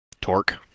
Torque